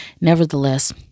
Nevertheless